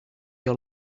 your